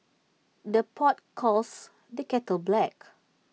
the pot calls the kettle black